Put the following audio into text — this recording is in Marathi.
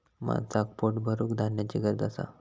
माणसाक पोट भरूक धान्याची गरज असा